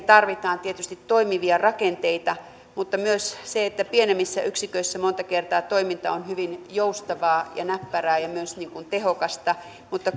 tarvitaan tietysti toimivia rakenteita mutta myös se että pienemmissä yksiköissä monta kertaa toiminta on hyvin joustavaa ja näppärää ja myös tehokasta mutta